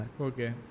Okay